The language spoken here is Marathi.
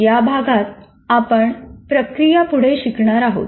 या भागात आपण प्रक्रिया पुढे शिकणार आहोत